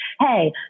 Hey